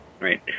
Right